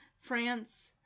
France